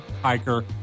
hiker